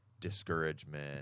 discouragement